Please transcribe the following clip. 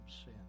sin